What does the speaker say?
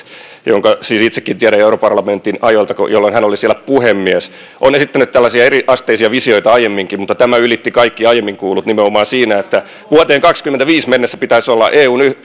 jonka siis itsekin tiedän jo europarlamentin ajoilta jolloin hän oli siellä puhemies on esittänyt tällaisia eriasteisia visioita aiemminkin mutta tämä ylitti kaikki aiemmin kuullut nimenomaan siinä että vuoteen kahdessakymmenessäviidessä mennessä pitäisi olla